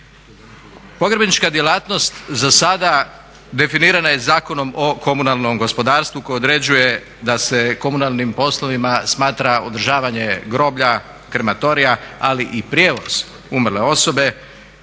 Pogrebnička djelatnost za sada definirana je Zakonom o komunalnom gospodarstvu koje određuje da se komunalnim poslovima smatra održavanje groblja, krematorija, ali i prijevoz umrle osobe